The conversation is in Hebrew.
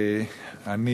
אני